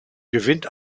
gewinnt